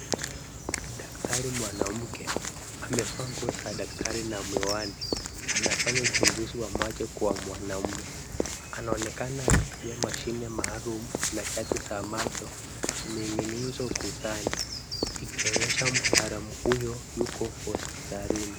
Daktari mwanamke, amevaa nguo za daktari na miwani. Anafanya uchunguzi wa macho kwa mwanaume. Anaonekana akitumia mashine maalum na chati za macho zimeniginizwa ukutani, ikionyesha mtaalam huyo yuko hospitalini.